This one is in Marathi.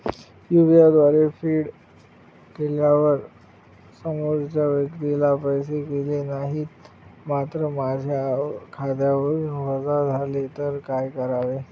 यु.पी.आय द्वारे फेड केल्यावर समोरच्या व्यक्तीला पैसे गेले नाहीत मात्र माझ्या खात्यावरून वजा झाले तर काय करावे?